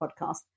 podcast